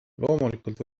loomulikult